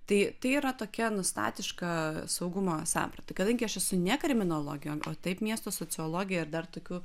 tai tai yra tokia nu statiška saugumo samprata kadangi aš esu ne kriminologė o taip miesto sociologė ir dar tokių